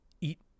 Eat